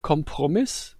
kompromiss